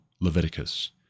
Leviticus